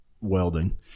welding